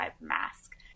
mask